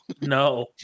No